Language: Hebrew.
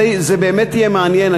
זה באמת יהיה מעניין,